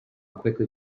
quickly